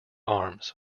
arms